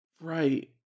Right